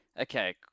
Okay